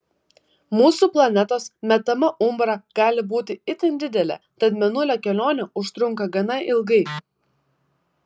mūsų planetos metama umbra gali būti itin didelė tad mėnulio kelionė užtrunka gana ilgai